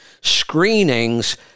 Screenings